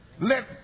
Let